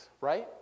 Right